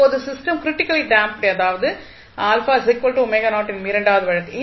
இப்போது system critically damped அதாவது எனும் இரண்டாவது வழக்கு